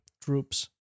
troops